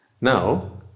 Now